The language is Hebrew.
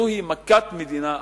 זוהי מכת מדינה אמיתית.